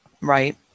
Right